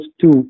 two